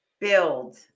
build